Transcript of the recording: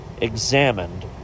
examined